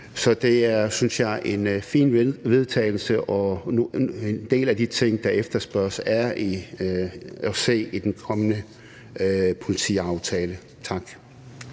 Så det er, synes jeg, et fint forslag til vedtagelse, og en del af de ting, der efterspørges, er at se i den kommende politiaftale. Tak.